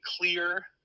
clear